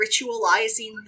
ritualizing